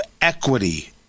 Equity